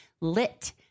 Lit